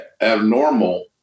abnormal